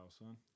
son